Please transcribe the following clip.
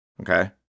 okay